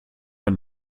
man